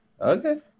Okay